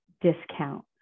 discount